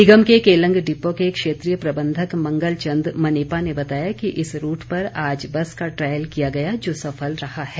निगम के केलंग डिपो के क्षेत्रीय प्रबंधक मंगल चंद मनेपा ने बताया कि इस रूट पर आज बस का ट्रायल किया गया जो सफल रहा है